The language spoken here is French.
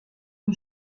que